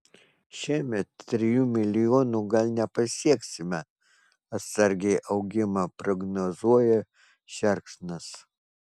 šiemet trijų milijonų gal nepasieksime atsargiai augimą prognozuoja šerkšnas